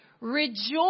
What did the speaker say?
Rejoice